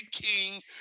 king